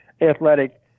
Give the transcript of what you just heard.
athletic